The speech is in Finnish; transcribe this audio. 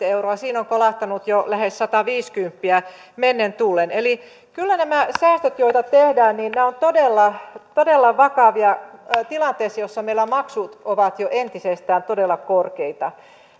euroa niin siinä on kolahtanut jo lähes sataviisikymmentä euroa mennen tullen eli kyllä nämä säästöt joita tehdään ovat todella todella vakavia tilanteessa jossa meillä maksut ovat jo entisestään todella korkeita